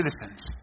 citizens